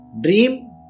Dream